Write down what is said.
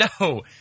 No